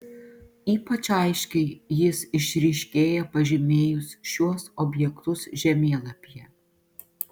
ypač aiškiai jis išryškėja pažymėjus šiuos objektus žemėlapyje